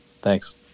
thanks